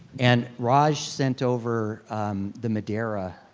and raj sent over the madeira